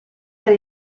per